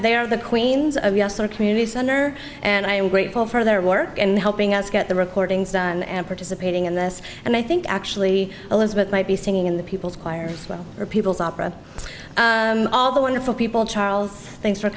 are the queens of the community center and i am grateful for their work and helping us get the recordings done and participating in this and i think actually elizabeth might be singing in the people's choir or people's opera all the wonderful people charles thanks